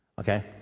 Okay